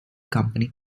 company